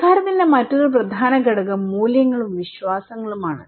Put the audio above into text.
സംസ്കാരത്തിന്റെ മറ്റൊരു പ്രധാന ഘടകം മൂല്യങ്ങളും വിശ്വാസങ്ങളും ആണ്